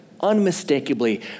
unmistakably